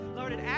Lord